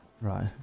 right